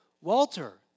Walter